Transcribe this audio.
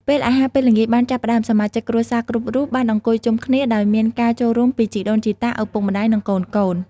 ពេលអាហារពេលល្ងាចបានចាប់ផ្តើម សមាជិកគ្រួសារគ្រប់រូបបានអង្គុយជុំគ្នា ដោយមានការចូលរួមពីជីដូនជីតា ឪពុកម្តាយ និងកូនៗ។